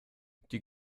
die